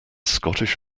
scottish